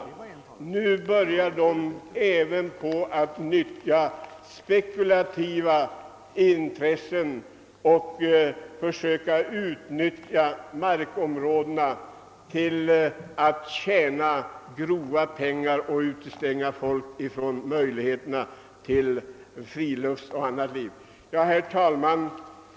Bolagen börjar nu att anlägga spekulativa synpunkter för att utnyttja markområdena till att tjäna grova pengar och utestänga folk från såväl vanlig livsföring som friluftsliv. Herr talman!